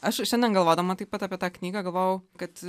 aš šiandien galvodama taip pat apie tą knygą galvojau kad